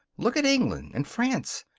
look at england and france.